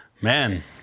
man